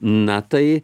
na tai